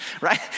Right